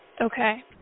Okay